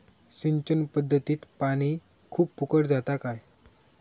सिंचन पध्दतीत पानी खूप फुकट जाता काय?